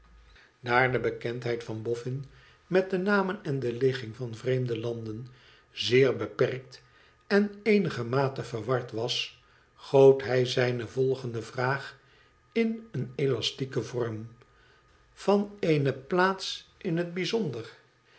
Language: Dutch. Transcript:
daar de bekendheid van boffin met de namen en de ligging van vreemde landen zeer beperkt en eenigermate verward was goot hij zijne volgende vraag in een elastieken vorm van eene plaats in het bijzonder